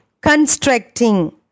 constructing